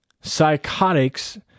psychotics